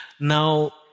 Now